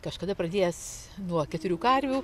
kažkada pradėjęs nuo keturių karvių